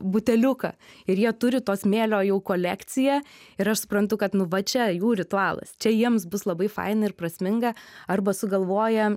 buteliuką ir jie turi to smėlio jau kolekciją ir aš suprantu kad nu va čia jų ritualas čia jiems bus labai faina ir prasminga arba sugalvoja